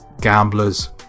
gambler's